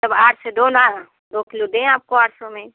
अब आठ से दो ना दो किलो दें आपको आठ सौ में